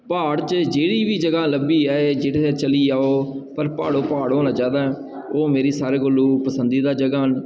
प्हाड़ च जेह्ड़ी बी जगह् लब्भी ऐ ओह् पर प्हाड़ होना चाहिदा ऐ प्हाड़ ओह् मेरी सारें कोलूं पसंदिदा जगहां न